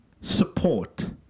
Support